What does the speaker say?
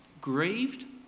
Grieved